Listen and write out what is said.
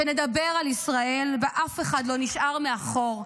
שנדבר על ישראל שבה אף אחד לא נשאר מאחור,